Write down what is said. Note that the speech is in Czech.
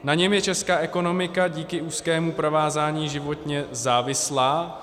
Na něm je česká ekonomika díky úzkému provázání životně závislá.